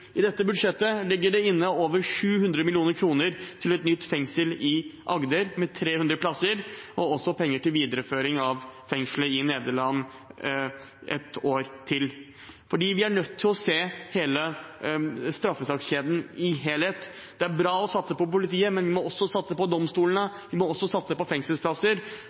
I dette budsjettet ligger det inne over 700 mill. kr til et nytt fengsel i Agder med 300 plasser og også penger til videreføring av fengselet i Nederland et år til. Vi er nødt til å se straffesakskjeden i en helhet. Det er bra å satse på politiet, men vi må også satse på domstolene. Vi må også satse på fengselsplasser